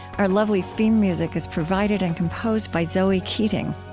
our lovely theme music is provided and composed by zoe keating.